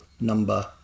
number